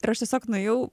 ir aš tiesiog nuėjau